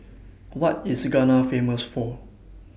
What IS Ghana Famous For